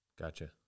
Gotcha